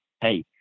hey